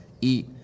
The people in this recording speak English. Eat